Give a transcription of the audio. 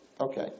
Okay